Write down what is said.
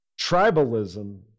tribalism